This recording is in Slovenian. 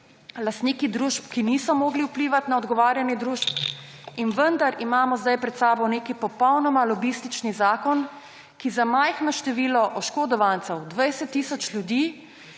lastniki družb, ki niso mogli vplivati na odgovarjanje družb in vendar imamo zdaj pred sabo nek popolnoma lobistični zakon, ki za majhno število oškodovancev, 20 tisoč ljudi,